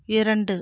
இரண்டு